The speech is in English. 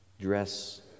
dress